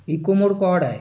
eco mode code आहे